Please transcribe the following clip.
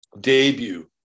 debut